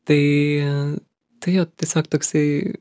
tai tai jo tiesiog toksai